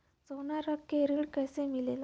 सोना रख के ऋण कैसे मिलेला?